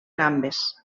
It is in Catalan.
gambes